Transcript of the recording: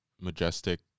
Majestic